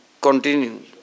continue